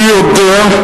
אני יודע,